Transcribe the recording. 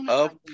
up